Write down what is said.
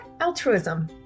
altruism